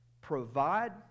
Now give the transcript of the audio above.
provide